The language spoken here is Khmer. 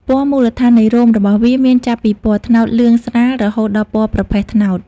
ពណ៌មូលដ្ឋាននៃរោមរបស់វាមានចាប់ពីពណ៌ត្នោតលឿងស្រាល រហូតដល់ពណ៌ប្រផេះត្នោត។